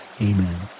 Amen